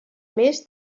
més